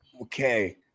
Okay